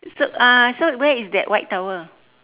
so uh so where is that white towel